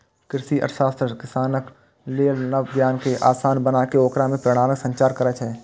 कृषि अर्थशास्त्र किसानक लेल नव ज्ञान कें आसान बनाके ओकरा मे प्रेरणाक संचार करै छै